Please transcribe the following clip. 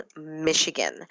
Michigan